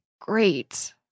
great